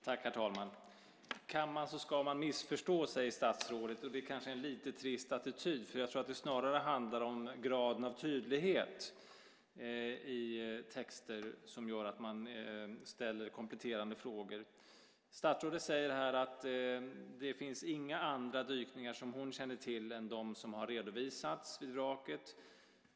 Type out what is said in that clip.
Herr talman! Kan man så ska man missförstå, säger statsrådet. Det är kanske en lite trist attityd. Jag tror att det snarare handlar om graden av tydlighet i texter som gör att man ställer kompletterande frågor. Statsrådet säger här att det finns inga andra dykningar som hon känner till än de som har redovisats vid vraket.